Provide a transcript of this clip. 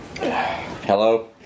Hello